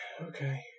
okay